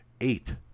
Eight